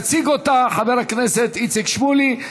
יציג אותה חבר הכנסת איציק שמולי,